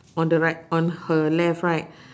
on the right on her left right